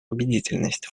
убедительность